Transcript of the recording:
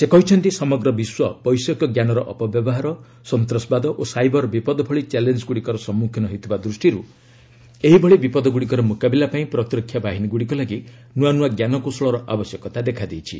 ସେ କହିଛନ୍ତି ସମଗ୍ର ବିଶ୍ୱ ବୈଷୟିକଜ୍ଞାନର ଅପବ୍ୟବହାର ସନ୍ତାସବାଦ ଓ ସାଇବର ବିପଦ ଭଳି ଚ୍ୟାଲେଞ୍ଜଗୁଡ଼ିକର ସମ୍ମୁଖୀନ ହେଉଥିବା ଦୃଷ୍ଟିରୁ ଏହିଭଳି ବିପଦଗୁଡ଼ିକର ମୁକାବିଲା ପାଇଁ ପ୍ରତିରକ୍ଷା ବାହିନୀଗୁଡ଼ିକ ଲାଗି ନୂଆ ନୂଆ ଜ୍ଞାନକୌଶଳର ଆବଶ୍ୟକତା ଦେଖାଦେଇଛି